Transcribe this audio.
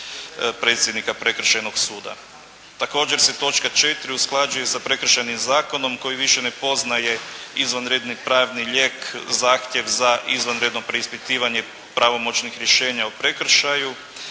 predsjednika prekršajnog suda. Također se točka četiri usklađuje sa prekršajnim zakonom koji više ne poznaje izvanredni pravni lijek, zahtjev za izvanredno preispitivanje pravomoćnih rješenja o prekršaju,